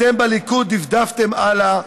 אתם בליכוד דפדפתם הלאה,